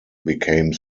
became